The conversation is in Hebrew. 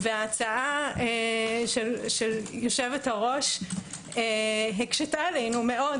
ההצעה של יושבת-הראש הקשתה עלינו מאוד.